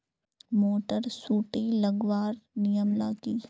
Motor सुटी लगवार नियम ला की?